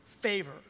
favor